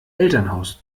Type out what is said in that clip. elternhaus